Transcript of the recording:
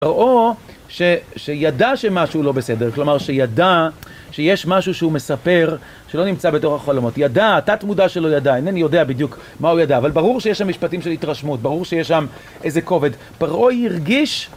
פרעה שידע שמשהו לא בסדר, כלומר שידע שיש משהו שהוא מספר שלא נמצא בתוך החלומות, ידע, התת מודע שלו ידע, אינני יודע בדיוק מה הוא ידע, אבל ברור שיש שם משפטים של התרשמות, ברור שיש שם איזה כובד, פרעה הרגיש